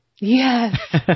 Yes